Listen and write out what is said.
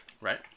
Right